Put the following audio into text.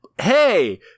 hey